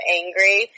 angry